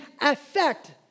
affect